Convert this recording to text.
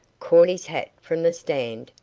caught his hat from the stand,